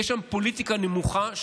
יש שם פוליטיקה נמוכה,